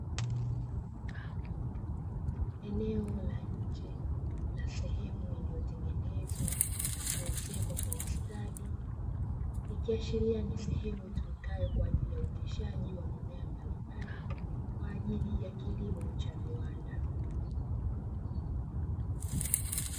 Eneo la nje na sehemu iliyotengenezwa na kuwezekwa kwa ustadi ikiashiria ni sehemu itumikayo, kwa ajili ya uoteshaji wa mimea mbalimbali kwa ajili ya kilimo cha viwanda.